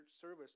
service